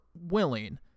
willing